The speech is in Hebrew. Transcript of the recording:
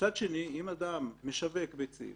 מצד שני אם אדם משווק ביצים